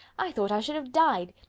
i thought i should have died.